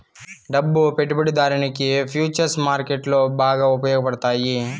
డబ్బు పెట్టుబడిదారునికి ఫుచర్స్ మార్కెట్లో బాగా ఉపయోగపడతాయి